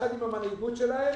יחד עם המנהיגות שלהם,